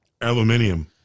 Aluminium